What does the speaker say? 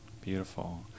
Beautiful